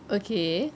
okay